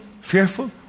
Fearful